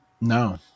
No